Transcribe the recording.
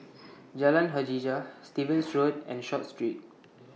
Jalan Hajijah Stevens Road and Short Street